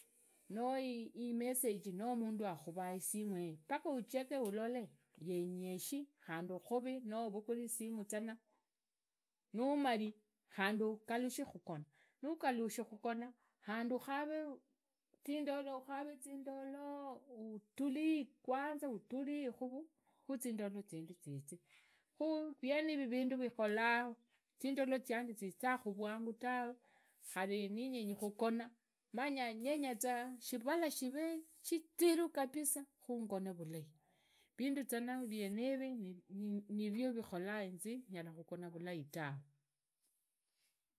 Wo imesage no mundu akhubaa isimu yeyo paka uckeke ulole yenyishi khandi utihube noo uvugule isimu zana numali khundi ugalushe khugona nugalushe khugona khundi utihave zindolo utihave zindolo utulii kwanza utulii khu khuzindolo zindi zizee khu vienero vindu vitiholaa zindolo zianje zizaa vwangu tawe khari nindenyi khugona manyenyeza khari shirala shive shiziru kabisa khungone vulai vindu zana vienevi nivivikhola inze vuzwa nyala khugona vulai tawe.